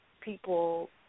people